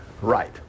Right